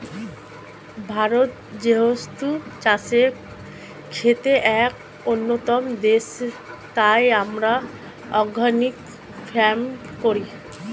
ভারত যেহেতু চাষের ক্ষেত্রে এক অন্যতম দেশ, তাই আমরা অর্গানিক ফার্মিং করি